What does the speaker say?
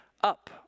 up